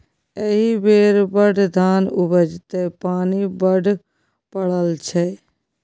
एहि बेर बड़ धान उपजतै पानि बड्ड पड़ल छै